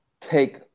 take